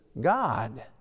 God